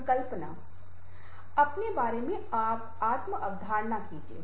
संकल्पना अपने बारे में आत्म अवधारणा कीजिए